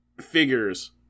figures